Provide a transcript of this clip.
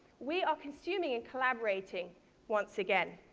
we are consuming and collaborating once again.